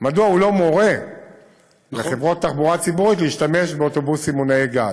מדוע הוא לא מורה לחברות התחבורה הציבורית להשתמש באוטובוסים מונעי גז.